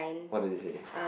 what did they say